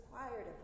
required